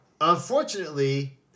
Unfortunately